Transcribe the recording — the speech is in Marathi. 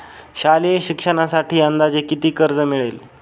शालेय शिक्षणासाठी अंदाजे किती कर्ज मिळेल?